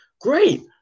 great